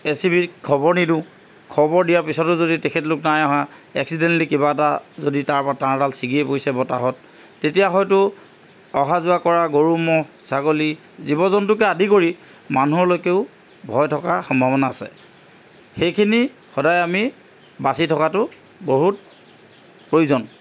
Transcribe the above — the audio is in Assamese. এ এছ ই বি ক খবৰ নিদিওঁ খবৰ দিয়াৰ পিছতো যদি তেখেতলোক নাই অহা এক্সিডেণ্টলি কিবা এটা যদি তাৰপৰা তাঁৰডাল ছিগিয়ে পৰিছে বতাহত তেতিয়া হয়তো অহা যোৱা কৰা গৰু ম'হ ছাগলী জীৱ জন্তুকে আদি কৰি মানুহলৈকেও ভয় থকাৰ সম্ভাৱনা আছে সেইখিনি সদায় আমি বাচি থকাটো বহুত প্ৰয়োজন